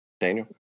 Daniel